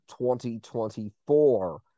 2024